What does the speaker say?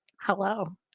Hello